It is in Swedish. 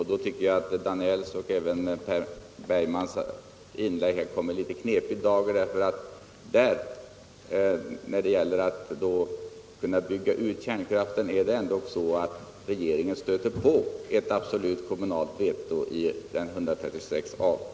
Därför tycker jag att herr Danells och även herr Bergmans inlägg kommer i något egendomlig dager. När det gäller att bygga ut kärnkraften är det ändå så att regeringen stöter på ett absolut kommunalt veto i 136 a §.